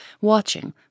watching